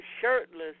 shirtless